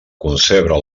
concebre